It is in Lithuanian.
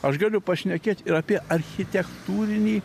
aš galiu pašnekėt ir apie architektūrinį